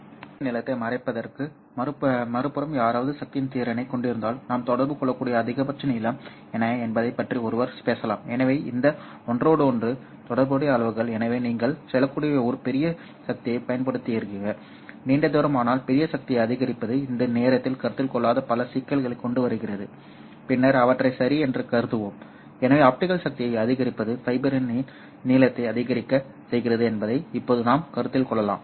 ஒரு குறிப்பிட்ட நீளத்தை மறைப்பதற்கு மறுபுறம் யாராவது சக்தியின் திறனைக் கொண்டிருந்தால் நாம் தொடர்பு கொள்ளக்கூடிய அதிகபட்ச நீளம் என்ன என்பதைப் பற்றி ஒருவர் பேசலாம் எனவே இந்த ஒன்றோடொன்று தொடர்புடைய அளவுகள் எனவே நீங்கள் செல்லக்கூடிய ஒரு பெரிய சக்தியைப் பயன்படுத்துகிறீர்கள் நீண்ட தூரம் ஆனால் பெரிய சக்தியை அதிகரிப்பது இந்த நேரத்தில் கருத்தில் கொள்ளாத பல சிக்கல்களைக் கொண்டுவருகிறது பின்னர் அவற்றை சரி என்று கருதுவோம் எனவே ஆப்டிகல் சக்தியை அதிகரிப்பது ஃபைபரின் நீளத்தை அதிகரிக்கச் செய்கிறது என்பதை இப்போது நாம் கருத்தில் கொள்ளலாம்